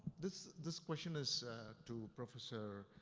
this, this question is to professor